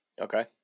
Okay